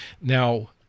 Now